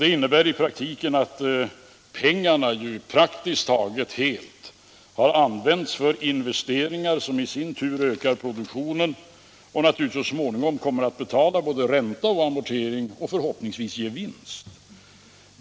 Det innebär i praktiken att pengarna praktiskt taget helt har använts för investeringar som i sin tur ökar produktionen och naturligtvis så småningom kommer att betala både ränta och amorteringar samt förhoppningsvis ge vinst.